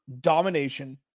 domination